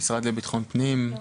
המשרד לביטחון הפנים?